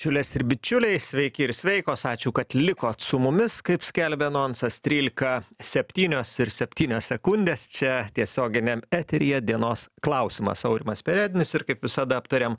bičiulės ir bičiuliai sveiki ir sveikos ačiū kad likot su mumis kaip skelbia anonsas trylika septynios ir septynios sekundės čia tiesioginiam eteryje dienos klausimas aurimas perednis ir kaip visada aptariam